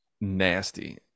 nasty